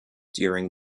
during